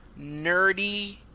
nerdy